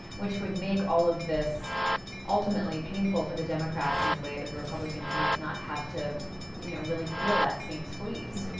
which would make all of this ultimately painful for the democrats in a way that the republicans might not have to you know really feel that same squeeze.